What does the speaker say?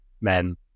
men